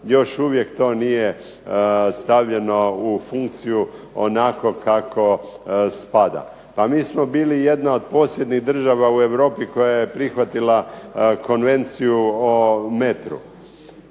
još uvijek to nije stavljeno u funkciju onako kako spada. Pa mi smo bili jedna od posebnih država u Europi koja je prihvatila Konvenciju o metru.